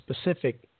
specific